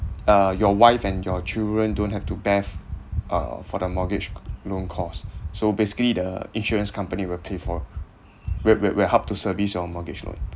uh your wife and your children don't have to bear uh for the mortgage loan cost so basically the insurance company will pay for will will help to service your mortgage loan